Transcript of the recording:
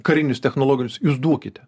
karinius technologinius jūs duokite